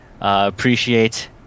appreciate